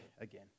again